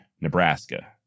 Nebraska